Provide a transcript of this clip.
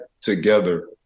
together